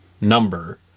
number